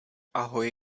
ahoj